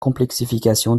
complexification